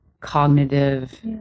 cognitive